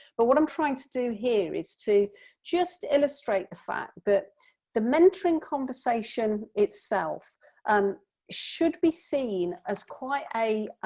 but what i'm trying to do here is to just illustrate the fact that the mentoring conversation itself um should be seen as quite a